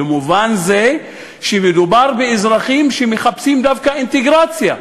במובן זה, מדובר באזרחים שמחפשים דווקא אינטגרציה.